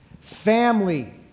Family